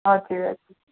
हजुर हजुर